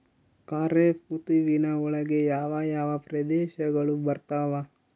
ಖಾರೇಫ್ ಋತುವಿನ ಒಳಗೆ ಯಾವ ಯಾವ ಪ್ರದೇಶಗಳು ಬರ್ತಾವ?